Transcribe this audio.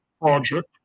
project